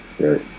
right